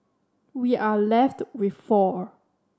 we are left with four